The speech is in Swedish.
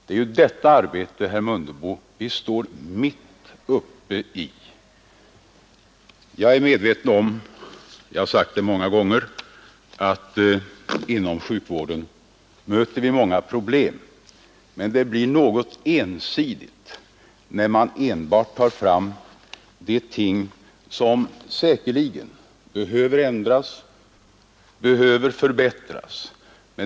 Det är detta arbete, herr Mundebo, som vi står mitt uppe i. Jag är medveten om — jag har sagt det många gånger — att inom sjukvården möter vi många problem, men det blir något ensidigt när man enbart tar fram de ting som säkerligen behöver ändras och förbättras.